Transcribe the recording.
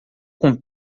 com